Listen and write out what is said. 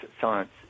science